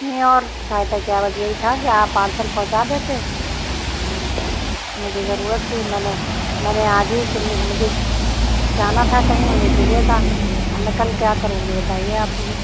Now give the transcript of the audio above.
نہیں اور فائدہ کیا بس یہی تھا کہ آپ پارسل پہنچا دیتے مجھے ضرورت تھی میں نے میں نے آج ہی کے لیے مجھے جانا تھا کہیں مجھے چاہیے تھا اب میں کل کیا کروں گی بتائیے آپ مجھے